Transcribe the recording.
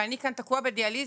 ואני כאן תקוע בדיאליזה,